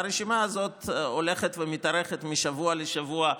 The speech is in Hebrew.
והרשימה הזאת של הדברים האלה הולכת ומתארכת משבוע לשבוע.